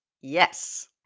yes